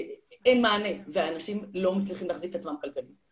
מה הכלים שאתם צריכים כדי לפתור את הדבר הזה,